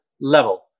level